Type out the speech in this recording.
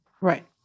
Right